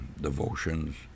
devotions